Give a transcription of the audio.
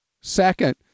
Second